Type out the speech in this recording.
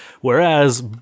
whereas